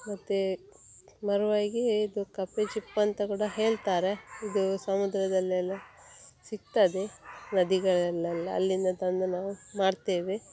ಮತ್ತೆ ಮರ್ವಾಯಿಗೆ ಇದು ಕಪ್ಪೆ ಚಿಪ್ಪು ಅಂತ ಕೂಡ ಹೇಳ್ತಾರೆ ಇದು ಸಮುದ್ರದಲೆಲ್ಲ ಸಿಗ್ತದೆ ನದಿಗಳಲೆಲ್ಲ ಅಲ್ಲಿಂದ ತಂದು ನಾವು ಮಾಡ್ತೇವೆ